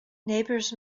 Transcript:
neighbors